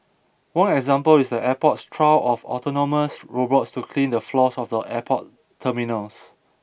one example is the airport's trial of autonomous robots to clean the floors of the airport terminals